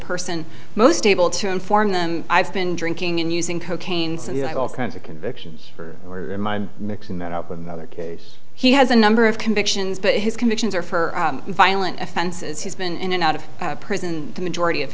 person most able to inform them i've been drinking and using cocaine and the like all kinds of convictions for him i'm mixing that up with another case he has a number of convictions but his convictions are for violent offenses he's been in and out of prison the majority of